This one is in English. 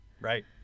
Right